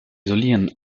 isolieren